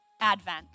Advent